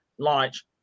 Launch